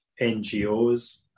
NGOs